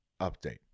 update